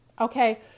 Okay